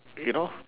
you know